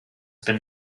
been